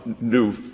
new